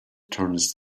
turns